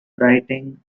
writing